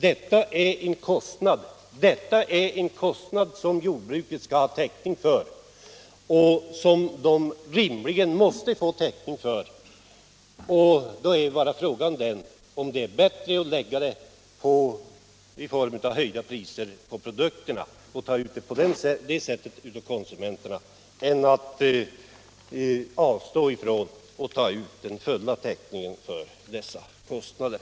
Detta är en kostnad som jordbruket rimligen måste få täckning för. Då är bara frågan den om det är bättre att ta ut den i form av hetsområde höjda priser på produkterna, dvs. av konsumenterna, än att avstå från att ta ut full täckning för dessa kostnader.